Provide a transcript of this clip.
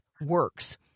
works